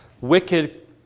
wicked